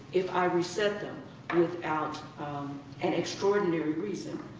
if i reset them without an extraordinary reason,